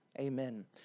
Amen